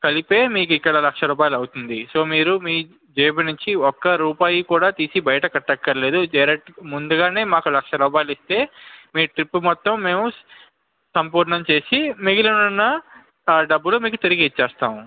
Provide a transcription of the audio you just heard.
కలిపే మీకు ఇక్కడ లక్ష రూపాయలు అవుతుంది సో మీరు మీ జేబు నుంచి తీసి ఒక్క రూపాయి కూడా తీసి బయట పెట్టక్కర్లేదు ముందుగానే మాకు లక్ష రూపాయాలు ఇస్తే మీ ట్రిప్ మొత్తం మేము సంపూర్ణం చేసి మిగిలిన డబ్బులు మీకు తిరిగి ఇచ్చేస్తాం